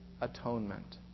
atonement